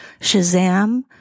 Shazam